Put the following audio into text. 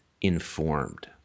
informed